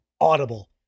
audible